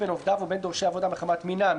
בין עובדיו ובין דורשי עבודה מחמת מינם,